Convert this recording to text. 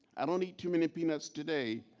i don't eat too many peanuts today.